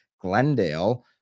Glendale